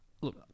Look